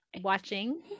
watching